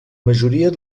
majoria